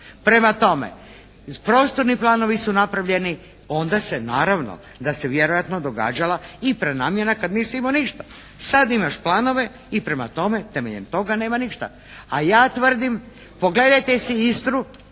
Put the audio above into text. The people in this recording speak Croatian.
Prema tome, prostorni planovi su napravljeni, onda se naravno da se vjerojatno događala i prenamjena kad nisi imao ništa. Sad imaš planove i prema tome temeljem toga nema ništa a ja tvrdim, pogledajte si Istru